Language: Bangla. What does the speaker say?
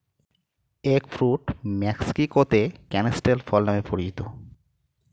এগ ফ্রুট মেক্সিকোতে ক্যানিস্টেল ফল নামে পরিচিত